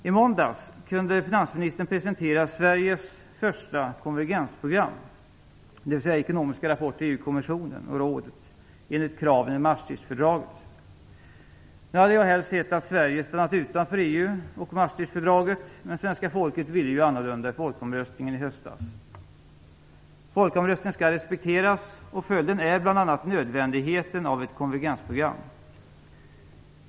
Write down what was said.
I måndags kunde finansministern presentera Sveriges första konvergensprogram, dvs. den ekonomiska rapporten till EU-kommissionen och rådet enligt kraven i Maastrichtfördraget. Jag hade helst sett att Sverige hade stannat utanför EU och Maastrichtfördraget men svenska folket ville ju annorlunda i folkomröstningen i höstas. Folkomröstningen skall respekteras, och följden är bl.a. att nödvändigheten av ett konvergensprogram har uppstått.